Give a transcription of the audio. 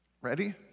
Ready